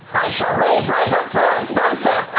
i shall raise rise up for our sponsor,